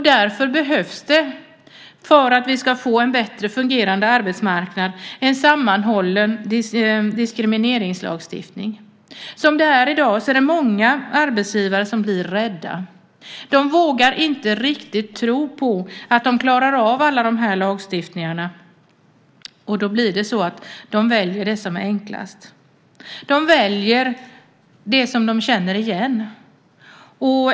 Därför behövs för att vi ska få en bättre fungerande arbetsmarknad en sammanhållen diskrimineringslagstiftning. Som det är i dag är det många arbetsgivare som blir rädda. De vågar inte riktigt tro på att de klarar av alla lagarna. Då väljer de det enklaste. De väljer det som de känner igen.